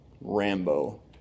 Rambo